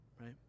right